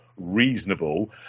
reasonable